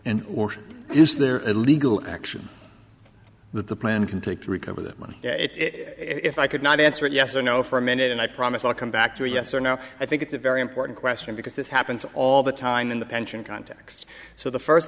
is there a legal action that the plan can take to recover the money it's if i could not answer it yes or no for a minute and i promise i'll come back to a yes or no i think it's a very important question because this happens all the time in the pension context so the first